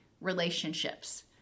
relationships